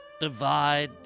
Divide